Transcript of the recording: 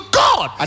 god